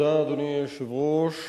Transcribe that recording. אדוני היושב-ראש,